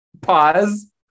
pause